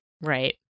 Right